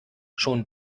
schon